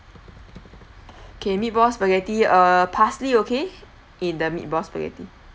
okay meatball spaghetti uh parsley okay in the meatball spaghetti